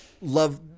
Love